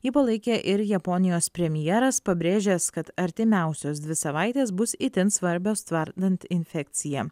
jį palaikė ir japonijos premjeras pabrėžęs kad artimiausios dvi savaitės bus itin svarbios tvardant infekciją